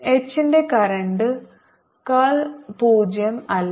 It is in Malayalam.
H ന്റെ കറന്റ് കർൾ 0 അല്ല